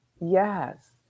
yes